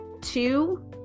two